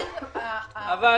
אבל